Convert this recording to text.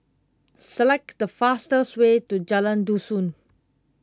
select the fastest way to Jalan Dusun